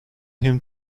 him